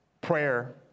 prayer